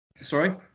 Sorry